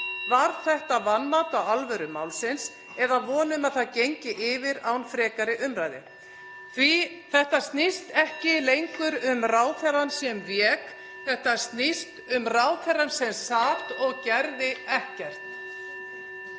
Var þetta vanmat á alvöru málsins eða von um að það gengi yfir án frekari umræðu? (Forseti hringir.) Þetta snýst ekki lengur um ráðherrann sem vék, þetta snýst um ráðherrann sem sat og gerði ekkert.